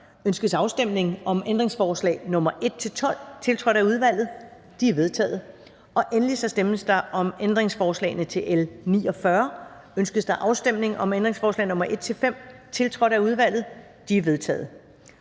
Ønskes afstemning om ændringsforslag nr. 1-12, tiltrådt af udvalget? De er vedtaget. Og endelig stemmes der om ændringsforslag til L 49: Ønskes der afstemning om ændringsforslag nr. 1-5, tiltrådt af udvalget? De er vedtaget.